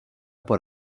por